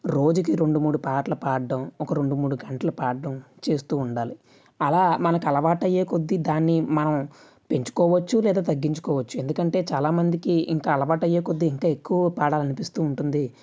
రోజుకి రెండు మూడు పాటలు పాడడం ఒక రెండు మూడు గంటలు పాడటం చేస్తూ ఉండాలి అలా మనకు అలవాటయ్యే కొద్ది దాన్ని మనం పెంచుకోవచ్చు లేదా తగ్గించుకోవచ్చు ఎందుకంటే చాలామందికి ఇంకా అలవాటు అయ్యే కొద్ది ఇంకా ఎక్కువ పాడాలనిపిస్తూ ఉంటుంది